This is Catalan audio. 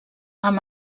amb